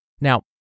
Now